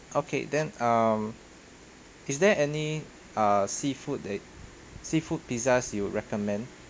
okay then um is there any err seafood that seafood pizzas you'd recommend